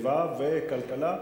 סביבה וכלכלה?